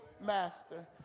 master